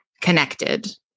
connected